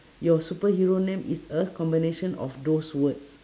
your superhero name is a combination of those words